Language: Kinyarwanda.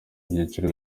byiciro